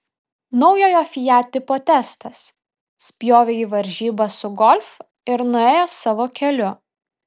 naujojo fiat tipo testas spjovė į varžybas su golf ir nuėjo savo keliu